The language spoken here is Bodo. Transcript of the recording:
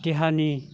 देहानि